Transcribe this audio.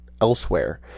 elsewhere